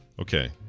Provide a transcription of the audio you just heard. Okay